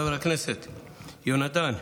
חבר הכנסת יונתן,